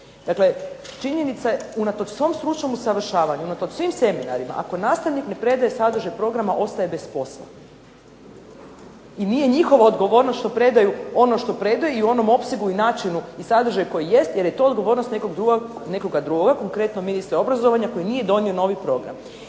Dakle činjenica je unatoč svom stručnom usavršavanju, unatoč svim seminarima, ako nastavnik ne predaje sadržaj program ostaje bez posla i nije njihova odgovornost što predaju ono što predaju i u onom opsegu i načinu i sadržaju koji jest jer je to odgovornost nekog drugoga, konkretno ministra obrazovanja koji nije donio novi program.